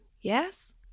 yes